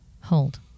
Hold